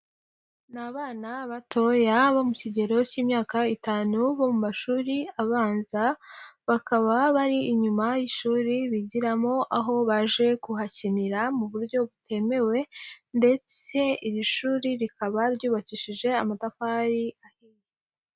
Ni abana batoya bo mu kigero cy'imyaka itanu bo mu mashuri abanza, bakaba bari inyuma y'ishuri bigiramo aho baje kuhakinira mu buryo butemewe ndetse iri shuri rikaba ryubakishije amatafari ahiye.